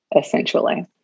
essentially